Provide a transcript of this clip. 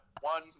one